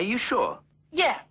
are you sure yeah